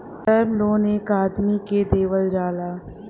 term loan एक आदमी के देवल जाला